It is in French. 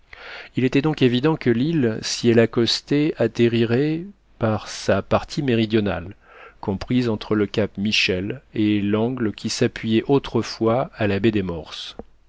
il était donc évident que l'île si elle accostait atterrirait par sa partie méridionale comprise entre le cap michel et l'angle qui s'appuyait autrefois à la baie des morses